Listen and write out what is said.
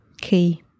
key